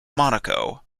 monaco